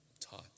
taught